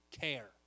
care